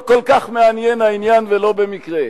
לא כל כך מעניין העניין, ולא במקרה.